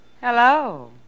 Hello